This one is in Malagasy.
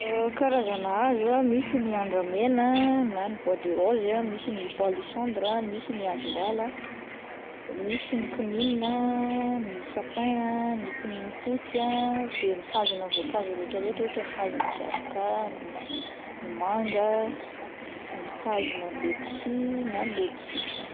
Karazana hazo misy ny andramena na ny bois de rose, misy ny palisandra, misy ny hazo ala ah, misy ny kininina ,ny sapin ah, ny kininim-potsy ah de ny hazo na voankazo retraretra ohatra ny hazo na zavoka, nyma-manga ah, ny hazo na ledsy na lodsy.